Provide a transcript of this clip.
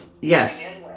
Yes